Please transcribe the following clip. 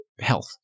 health